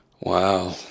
Wow